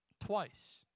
twice